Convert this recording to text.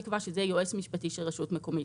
נקבע שזה יהיה יועץ משפטי של רשות מקומית.